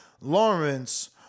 Lawrence